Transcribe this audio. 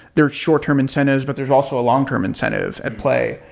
there are short-term incentives, but there's also a long-term incentive at play.